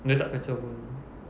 dia tak kacau pun